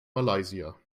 malaysia